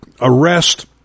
arrest